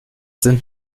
sind